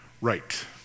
Right